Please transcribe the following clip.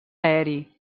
aeri